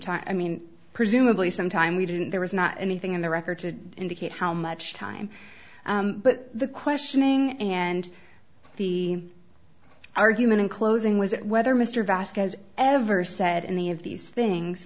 time i mean presumably some time we didn't there was not anything in the record to indicate how much time but the questioning and the argument in closing was whether mr vasquez ever said in the of these things